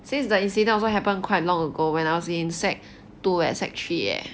since the incident also happen quite long ago when I was in secondary two eh seccondary three eh